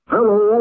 Hello